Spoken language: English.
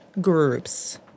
Groups